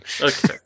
Okay